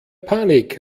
panik